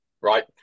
right